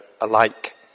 alike